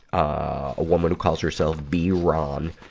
a woman who calls herself bee ron.